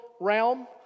realm